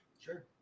Sure